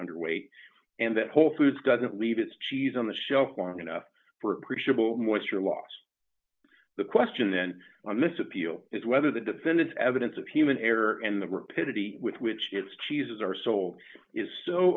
underweight and that whole foods doesn't leave its cheese on the shelf long enough for appreciable moisture loss the question then on this appeal is whether the defendant's evidence of human error and the rapidity with which its cheeses are sold is so